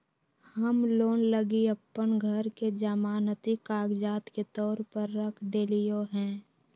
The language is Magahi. हम लोन लगी अप्पन घर के जमानती कागजात के तौर पर रख देलिओ हें